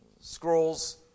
scrolls